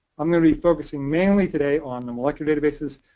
i'm going to be focusing mainly today on the molecular databases,